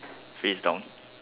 face down